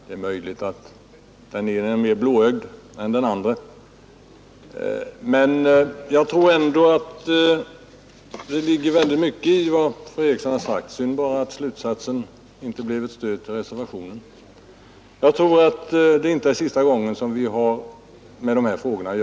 Det är möjligt att den ene är mer blåögd än den andre. Det ligger väldigt mycket i vad fru Eriksson sagt, synd bara att slutsatsen inte blev ett stöd för reservationen. Det är nog inte sista gången vi har att göra med dessa frågor här.